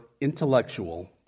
intellectual